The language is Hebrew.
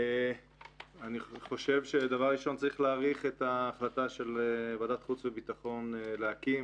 אני חושב שדבר ראשון צריך להאריך את ההחלטה של ועדת החוץ והביטחון להקים